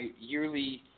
yearly